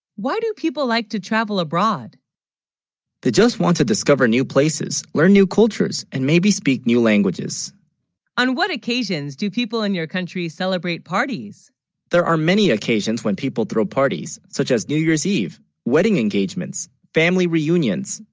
why, do people like to travel abroad they just want to discover new places learn new cultures and maybe speak new languages on what occasions do people in your country celebrate parties there are many occasions when people throw. parties such as new, year's eve wedding engagements family reunions,